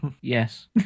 Yes